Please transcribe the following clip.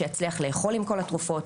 שיצליח לאכול עם כל התרופות,